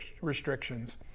restrictions